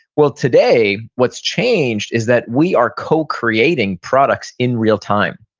well today what's changed is that we are co-creating products in real time.